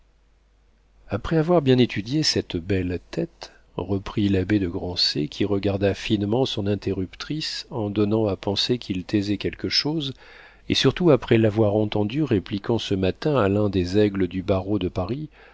après avoir bien étudié cette belle tête reprit l'abbé de grancey qui regarda finement son interruptrice en donnant à penser qu'il taisait quelque chose et surtout après l'avoir entendu répliquant ce matin à l'un des aigles du barreau de paris